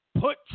put